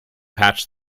patch